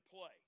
play